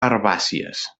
herbàcies